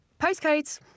Postcodes